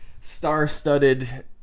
star-studded